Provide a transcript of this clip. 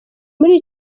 muri